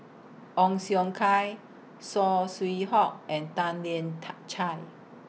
Ong Siong Kai Saw Swee Hock and Tan Lian Chye